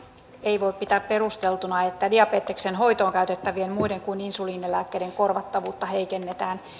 ei voi pitää perusteltuna että diabeteksen hoitoon käytettävien lääkkeiden muiden kuin insuliinilääkkeiden korvattavuutta heikennetään